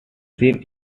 scene